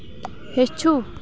ہیٚچھو